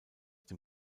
dem